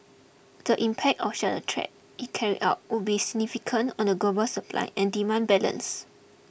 the impact of such a threat if carried out would be significant on the global supply and demand balance